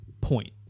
point